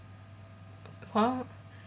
华